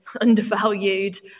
undervalued